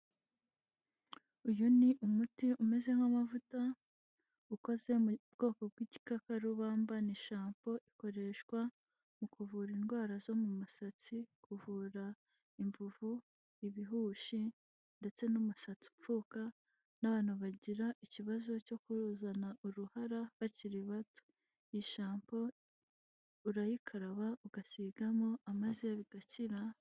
Uyu ni umuti umeze nk'amavuta, ukoze ubwoko bw'igikakarubamba, ni shampoo, ikoreshwa mu kuvura indwara zo mu musatsi: kuvura imvuvu, ibihushi, ndetse n'umusatsi upfuka n'abantu bagira ikibazo cyo kuzana uruhara bakiri bato, iyishampoo urayikaraba, ugasigamo maze bigakira.